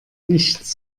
nichts